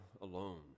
alone